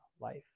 life